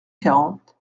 quarante